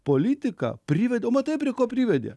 politika privedė o matai prie ko privedė